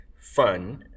fun